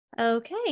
Okay